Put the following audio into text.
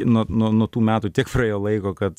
nuo nuo nuo tų metų tiek praėjo laiko kad